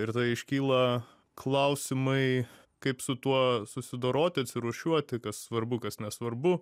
ir tai iškyla klausimai kaip su tuo susidoroti atsirūšiuoti kas svarbu kas nesvarbu